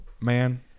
man